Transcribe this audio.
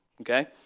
okay